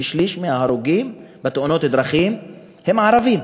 כשליש מההרוגים בתאונות דרכים הם ערבים.